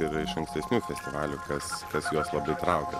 ir iš ankstesnių festivalių kas kas juos labai traukia